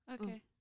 Okay